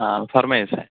آ فَرمٲیِو سا